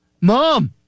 Mom